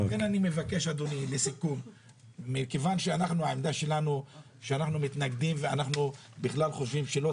לכן מכיוון שאנחנו מתנגדים וחושבים שלא